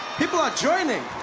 people are joining